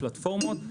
הפלטפורמות,